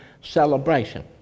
celebration